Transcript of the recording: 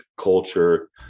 culture